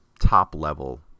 top-level